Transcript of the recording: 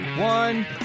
one